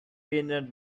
peanut